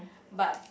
but